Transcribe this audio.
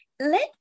Let